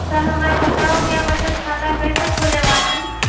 Sir हमरा बताओ क्या बचत खाता कैसे खोले बानी?